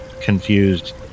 confused